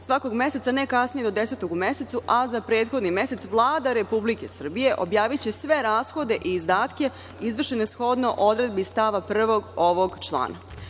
Svakog meseca, najkasnije do 10-og u mesecu, a za prethodni mesec, Vlada Republike Srbije objaviće sve rashode i izdatke izvršene shodno odredbi stava 1. ovog člana.U